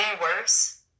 worse